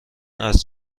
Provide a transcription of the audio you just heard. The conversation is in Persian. است